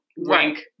rank